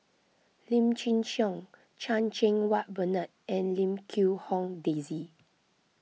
Lim Chin Siong Chan Cheng Wah Bernard and Lim Quee Hong Daisy